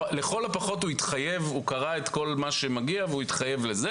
הפחות קרא את כל מה שמגיע והוא התחייב לזה.